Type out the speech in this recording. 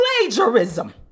plagiarism